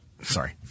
Sorry